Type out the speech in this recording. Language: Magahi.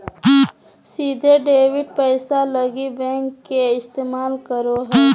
सीधे डेबिट पैसा लगी बैंक के इस्तमाल करो हइ